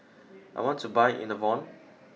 I want to buy Enervon